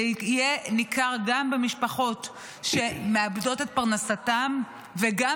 זה יהיה ניכר גם במשפחות שמאבדות את פרנסתן וגם